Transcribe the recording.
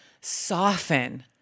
soften